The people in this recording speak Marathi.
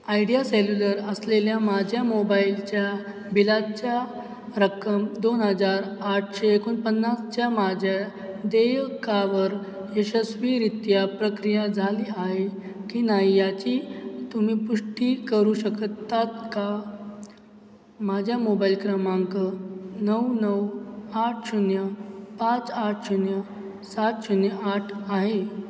आयडिया सेल्युलर असलेल्या माझ्या मोबाईलच्या बिलाच्या रक्कम दोन हजार आठशे एकोणपन्नासच्या माझ्या देयकावर यशस्वीरीत्या प्रक्रिया झाली आहे की नाही याची तुम्ही पुष्टी करू शकतात का माझ्या मोबाईल क्रमांक नऊ नऊ आठ शून्य पाच आठ शून्य सात शून्य आठ आहे